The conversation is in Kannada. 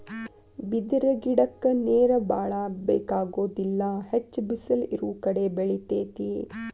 ಬಿದಿರ ಗಿಡಕ್ಕ ನೇರ ಬಾಳ ಬೆಕಾಗುದಿಲ್ಲಾ ಹೆಚ್ಚ ಬಿಸಲ ಇರುಕಡೆ ಬೆಳಿತೆತಿ